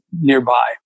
nearby